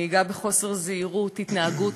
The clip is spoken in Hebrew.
נהיגה בחוסר זהירות והתנהגות